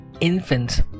infants